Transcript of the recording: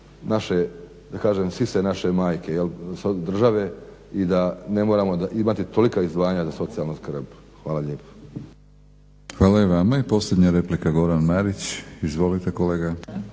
naše da kažem sise naše majke – države i da ne moramo imati tolika izdvajanja za socijalnu skrb. Hvala lijepo. **Batinić, Milorad (HNS)** Hvala i vama. I posljednja replika Goran Marić. Izvolite kolega.